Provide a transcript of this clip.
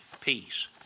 peace